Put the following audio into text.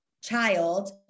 child